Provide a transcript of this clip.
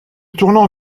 tournant